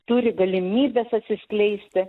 turi galimybes atsiskleisti